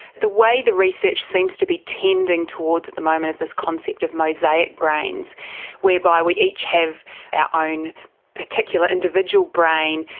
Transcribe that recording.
the way the research seems to be tending towards the moment is this concept of mosaic brains whereby we each have our own particular individual brain,